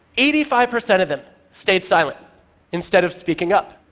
eighty five percent of them stayed silent instead of speaking up.